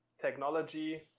technology